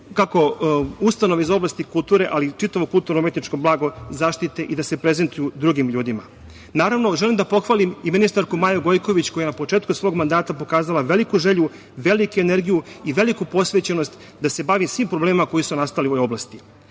kako ustanovi za oblasti kulture, ali čitavo kulturno-umetničko blago zaštite i da se prezentuju drugim ljudima. Naravno, želim da pohvalim i ministarku Maju Gojković koja je na početku svog mandata pokazala veliku želju, veliku energiju i veliku posvećenost da se bavi svim problemima koji su nastali u ovoj oblasti. Glavni